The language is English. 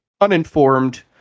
uninformed